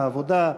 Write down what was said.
העבודה,